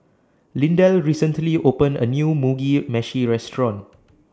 Lindell recently opened A New Mugi Meshi Restaurant